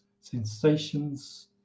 sensations